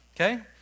Okay